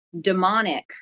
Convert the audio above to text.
demonic